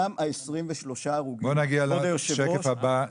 גם ה-23 הרוגים --- בוא נגיע לשקף הבא.